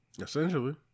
Essentially